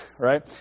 right